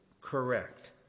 correct